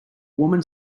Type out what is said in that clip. woman